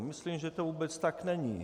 Myslím, že to vůbec tak není.